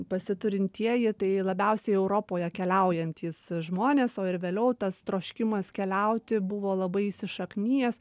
pasiturintieji tai labiausiai europoje keliaujantys žmonės o ir vėliau tas troškimas keliauti buvo labai įsišaknijęs